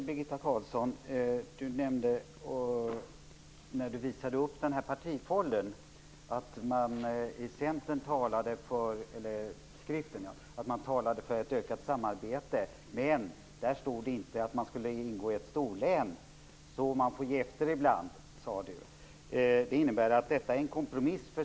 Herr talman! Birgitta Carlsson visade här upp en skrift och nämnde att man i Centern var för ett ökat samarbete. Men det står inget där om att ingå i ett storlän. Man får ge efter ibland, sade Birgitta Carlsson.